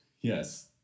Yes